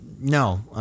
no